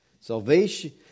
salvation